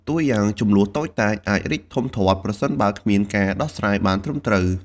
តួយ៉ាង ជម្លោះតូចតាចអាចរីកធំធាត់ ប្រសិនបើគ្មានការដោះស្រាយបានត្រឹមត្រូវ។